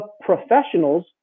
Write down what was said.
professionals